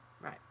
Right